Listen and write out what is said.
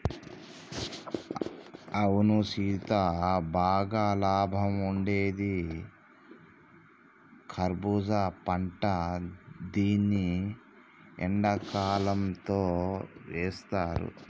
అవును సీత బాగా లాభం ఉండేది కర్బూజా పంట దీన్ని ఎండకాలంతో వేస్తారు